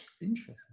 Interesting